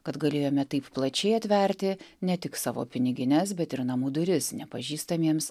kad galėjome taip plačiai atverti ne tik savo pinigines bet ir namų duris nepažįstamiems